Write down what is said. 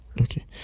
okay